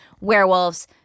werewolves